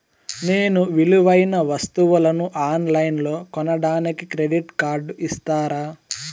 నేను విలువైన వస్తువులను ఆన్ లైన్లో కొనడానికి క్రెడిట్ కార్డు ఇస్తారా?